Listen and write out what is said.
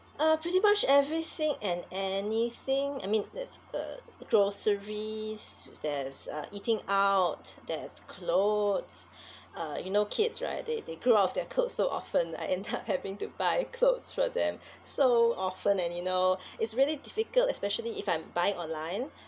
uh pretty much everything and anything I mean there's uh groceries there's uh eating out there's clothes uh you know kids right they they grew out of their clothes so often I end up having to buy clothes for them so often and you know it's really difficult especially if I'm buying online